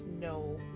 no